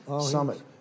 summit